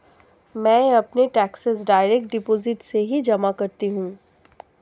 मैं अपने taxes direct deposit से ही जमा करती हूँ